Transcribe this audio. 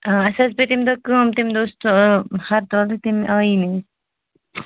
آ اَسہِ حظ پیٚیہِ تمہ دۄہ کٲم تمہ دۄہ اوس ہرتال تہٕ تمہِ آیی نہٕ أسۍ